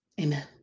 Amen